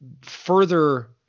further